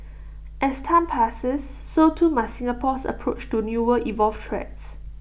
as time passes so too must Singapore's approach to newer evolved threats